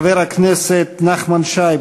חבר הכנסת נחמן שי,